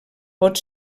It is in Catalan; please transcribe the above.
pot